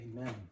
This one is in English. amen